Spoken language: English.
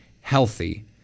healthy